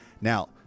Now